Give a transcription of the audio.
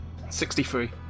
63